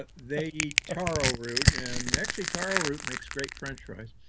but they eat taro root, and actually taro root makes great french fries.